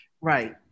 right